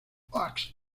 oaks